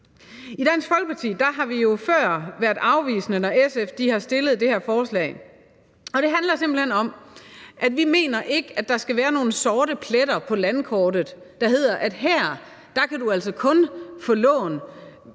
I Dansk Folkeparti har vi jo før været afvisende, når SF har fremsat det her forslag, og det handler simpelt hen om, at vi ikke mener, der skal være nogen sorte pletter på landkortet, hvor det hedder, at her kan du altså kun få lån